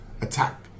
attack